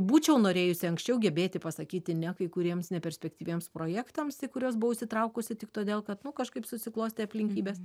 būčiau norėjusi anksčiau gebėti pasakyti ne kai kuriems neperspektyviems projektams į kuriuos buvau įsitraukusi todėl kad nu kažkaip susiklostė aplinkybės